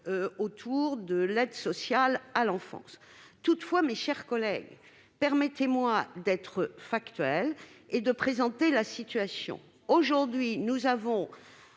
autour de l'aide sociale à l'enfance. Toutefois, mes chers collègues, permettez-moi d'être factuelle et de présenter la situation. Aujourd'hui, le